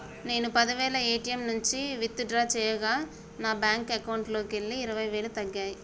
నేను పది వేలు ఏ.టీ.యం నుంచి విత్ డ్రా చేయగా నా బ్యేంకు అకౌంట్లోకెళ్ళి ఇరవై వేలు తగ్గాయి